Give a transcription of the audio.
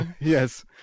yes